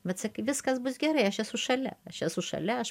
bet sakai viskas bus gerai aš esu šalia aš esu šalia aš